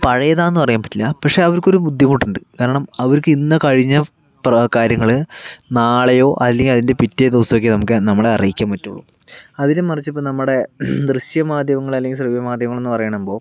പഴയതാന്ന് പറയാൻ പറ്റില്ല പക്ഷെ അവർക്കൊരു ബുദ്ധിമുട്ടുണ്ട് കാരണം അവർക്ക് ഇന്ന് കഴിഞ്ഞ പ്ര കാര്യങ്ങൾ നാളെയോ അല്ലെങ്കിൽ അതിൻ്റെ പിറ്റേ ദിവസമൊക്കെ നമുക്ക് നമ്മളെ അറിയിക്കാൻ പറ്റൂളു അതിന് മറിച്ച് ഇപ്പം നമ്മൾടെ ദൃശ്യമാധ്യമങ്ങൾ അല്ലെങ്കി ശ്രവ്യ മാധ്യമങ്ങളെന്ന് പറയണമ്പോ